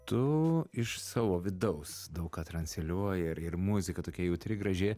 tu iš savo vidaus daug ką transliuoji ir ir muzika tokia jautri graži